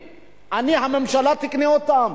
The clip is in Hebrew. הממשלה תקנה אותן,